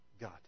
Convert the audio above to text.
God